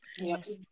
Yes